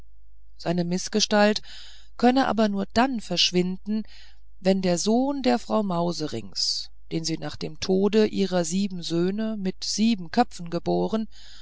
seine mißgestalt könne aber nur dann verschwinden wenn der sohn der frau mauserinks den sie nach dem tode ihrer sieben söhne mit sieben köpfen geboren